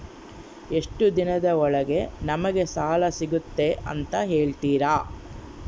ಎಷ್ಟು ದಿನದ ಒಳಗೆ ನಮಗೆ ಸಾಲ ಸಿಗ್ತೈತೆ ಅಂತ ಹೇಳ್ತೇರಾ?